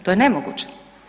To je nemoguće.